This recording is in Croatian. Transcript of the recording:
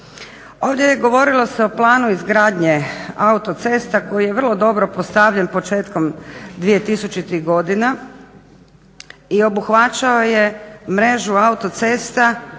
Ovdje se govorilo o planu izgradnje autocesta koji je vrlo dobro postavljen početkom 2000.-ih godina i obuhvaćao je mrežu autocesta